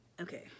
Okay